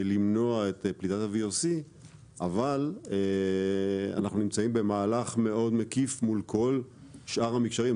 למנוע פליטת VOC אבל אנחנו נמצאים במהלך מאוד מקיף מול כל שאר המקשרים,